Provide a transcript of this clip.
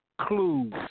clues